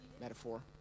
metaphor